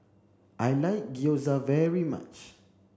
I like Gyoza very much